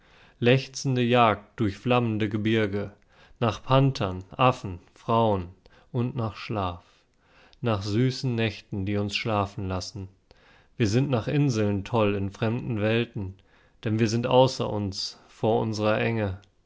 lechzende jagd durch flammende gebirge nach panthern affen frauen und nach schlaf nach süßen nächten die uns schlafen lassen wir sind nach inseln toll in fremden welten denn wir sind außer uns vor unsrer enge